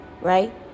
right